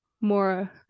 more